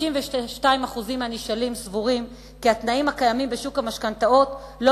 52% מהנשאלים סבורים כי התנאים הקיימים בשוק המשכנתאות לא